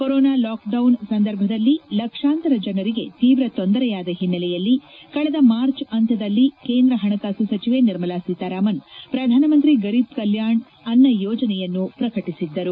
corona lockdown ಸಂದರ್ಭದಲ್ಲಿ ಲಕ್ಷಾಂತರ ಜನರಿಗೆ ತೀವ್ರ ತೊಂದರೆಯಾದ ಹಿನ್ನೆಲೆಯಲ್ಲಿ ಕಳೆದ ಮಾರ್ಚ್ ಅಂತ್ಯದಲ್ಲಿ ಕೇಂದ್ರ ಹಣಕಾಸು ಸಚಿವೆ ನಿರ್ಮಲಾ ಸೀತಾರಾಮನ್ ಪ್ರಧಾನಮಂತ್ರಿ ಗರೀಬ್ ಕಲ್ಯಾಣ್ ಅನ್ನ ಯೋಜನೆಯನ್ನು ಪ್ರಕಟಿಸಿದ್ದರು